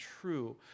true